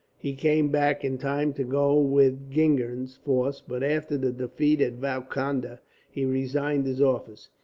he came back in time to go with gingen's force but after the defeat of valkonda he resigned his office,